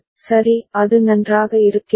சரி அது நன்றாக இருக்கிறதா